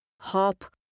hop